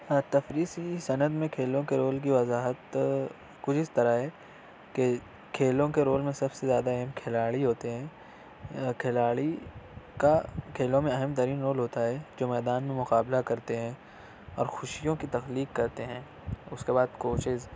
ہاں تفریسی سند میں کھیلوں کے رول کی وضاحت کچھ اس طرح ہے کہ کھیلوں کے رول میں سب سے زیادہ اہم کھلاڑی ہوتے ہیں کھلاڑی کا کھیلوں میں اہم ترین رول ہوتا ہے جو میدان میں مقابلہ کرتے ہیں اور خوشیوں کی تخلیق کرتے ہیں اس کے بعد کوچز